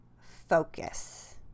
focus